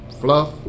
fluff